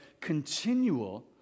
continual